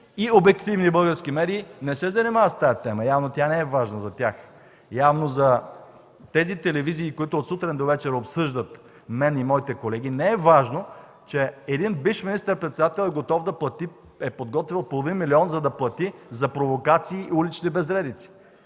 и обективни български медии не се занимават с тази тема?! Явно тя не е важна за тях. Явно за тези телевизии, които от сутрин до вечер обсъждат мен и моите колеги, не е важно, че един бивш министър-председател е подготвил половин милион, за да плати за провокации и улични безредици,